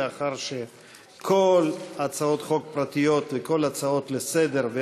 לאחר שכל הצעות החוק הפרטיות וכל ההצעות לסדר-היום